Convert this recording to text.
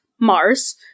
Mars